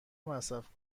مصرف